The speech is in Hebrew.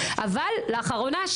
אבל לאחרונה,